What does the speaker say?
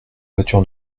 voiture